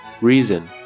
reason